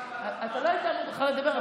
אתה לא היית אמור בכלל לדבר.